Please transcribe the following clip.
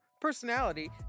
personality